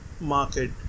market